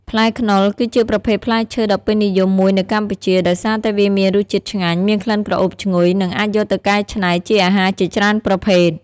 ផ្លែខ្នុរគឺជាប្រភេទផ្លែឈើដ៏ពេញនិយមមួយនៅកម្ពុជា ដោយសារតែវាមានរសជាតិឆ្ងាញ់ មានក្លិនក្រអូបឈ្ងុយ និងអាចយកទៅកែច្នៃជាអាហារជាច្រើនប្រភេទ។